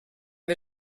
wir